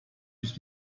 ich